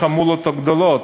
מאחת החמולות הגדולות,